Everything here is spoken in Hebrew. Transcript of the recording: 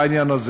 בעניין הזה.